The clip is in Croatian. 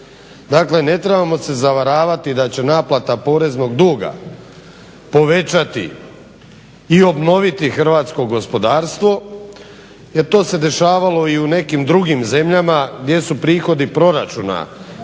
Dakle, ne trebamo se zavaravati da će naplata poreznog duga povećati i obnoviti hrvatsko gospodarstvo, jer to se dešavalo i u nekim drugim zemljama gdje su prihodi proračuna